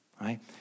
right